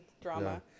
drama